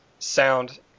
Sound